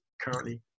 currently